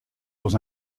dans